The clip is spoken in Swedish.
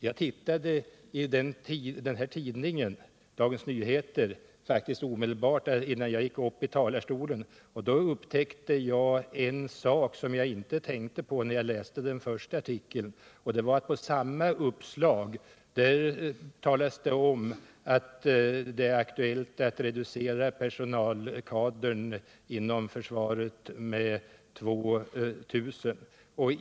Jag tittade i Dagens Nyheter omedelbart innan jag gick upp i talarstolen, och då upptäckte jag en sak som jag inte tänkte på när jag läste den första artikeln. På samma uppslag talas det om att det är aktuellt att reducera försvarets personalkader med 2 000 personer.